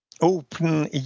open